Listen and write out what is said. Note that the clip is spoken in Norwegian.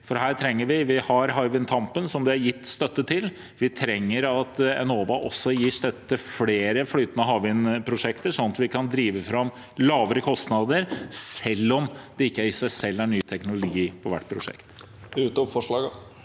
Dette trenger vi. Vi har Hywind Tampen, som det er gitt støtte til. Vi trenger at Enova gir støtte til flere flytende havvind-prosjekter, sånn at vi kan drive fram lavere kostnader, selv om det i seg selv ikke er ny teknologi på hvert prosjekt.